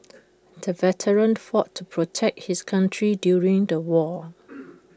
the veteran fought to protect his country during the war